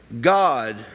God